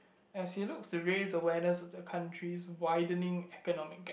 as he looks to raise awareness of the country's widening economic gap